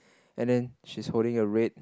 and the she's holding a red